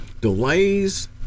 delays